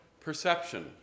perception